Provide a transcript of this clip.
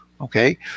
Okay